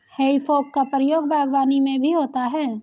हेइ फोक का प्रयोग बागवानी में भी होता है